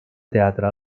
teatre